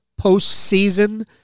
postseason